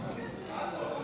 האסייני לפיתוח,